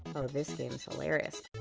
oh, this game is hilarious.